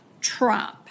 Trump